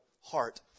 heart